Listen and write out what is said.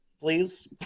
please